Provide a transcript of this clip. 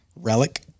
relic